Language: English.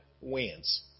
wins